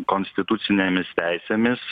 konstitucinėmis teisėmis